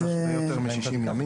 זה הרבה יותר מ-60 ימים.